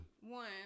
One